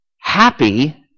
Happy